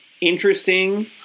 interesting